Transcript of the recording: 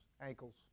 ankles